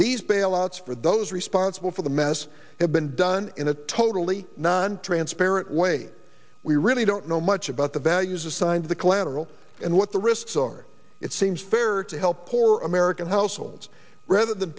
these bailouts for those responsible for the mess have been done in a totally nontransparent way we really don't know much about the values assigned to the collateral and what the risks are it seems fair to help poorer american households rather than